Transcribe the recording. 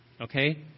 Okay